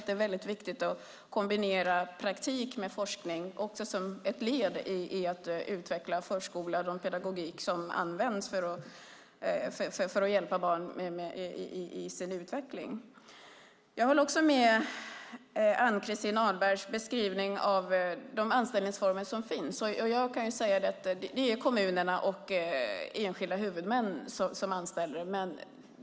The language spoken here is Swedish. Det är viktigt att kombinera praktik med forskning som ett led i att utveckla pedagogiken i förskolan för att hjälpa barn i sin utveckling. Jag håller också med Ann-Christin Ahlbergs beskrivning av de anställningsformer som finns. Det är kommunerna och enskilda huvudmän som anställer.